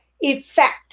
effect